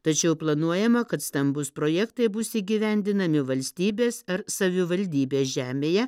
tačiau planuojama kad stambūs projektai bus įgyvendinami valstybės ar savivaldybės žemėje